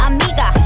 Amiga